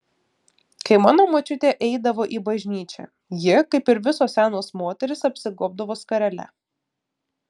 kai mano močiutė eidavo į bažnyčią ji kaip ir visos senos moterys apsigobdavo skarele